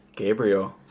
Gabriel